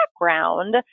background